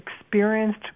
experienced